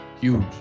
huge